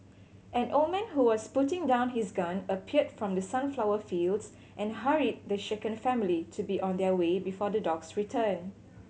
an old man who was putting down his gun appeared from the sunflower fields and hurried the shaken family to be on their way before the dogs return